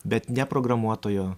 bet ne programuotojo